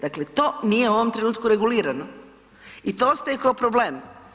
Dakle, to nije u ovom trenutku regulirano i to ostaje kao problem.